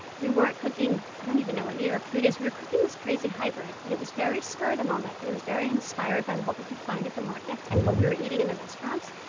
we weren't cooking i don't even know what new york food is. we were cooking this crazy hybrid and it was very spur of the moment and it was very inspired by what we could find at the markets and what we were eating in the restaurants.